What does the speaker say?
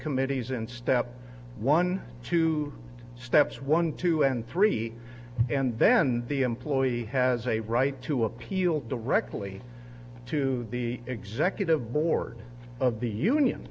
committees in step one two steps one two and three and then the employee has a right to appeal directly to the executive board of the union